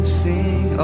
sing